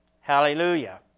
Hallelujah